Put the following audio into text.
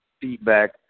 feedback